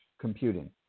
computing